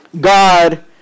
God